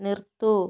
നിർത്തൂ